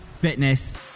fitness